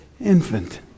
infant